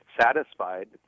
satisfied